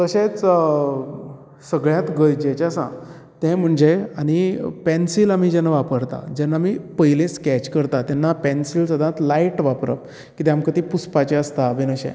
तशेंच सगळ्यांत गरजेचे आसा तें म्हणजे आनी पॅन्सील आमी जेन्ना वापरता जेन्ना आमी पयले स्कॅच करता तेन्ना पॅन्सील सदांच लायट वापरप कित्याक आमकां ती पुसपाची आसता वेन अशेंच